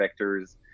vectors